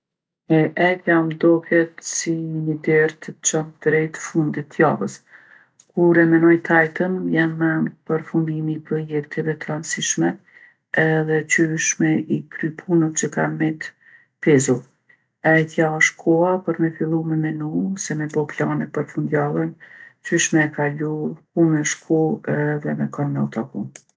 E ejtja m'doket si ni derë të t'çon drejt fundit t'javës. Kur e menoj t'ejtën, m'bjen n'men përfundimi i projektve t'randsishme edhe qysh me i kry punët që kanë met pezull. E ejtja osht koha për me fillu me menu ose me bo plane për fundjavën qysh me e kalu, ku me shku edhe me kon me u taku.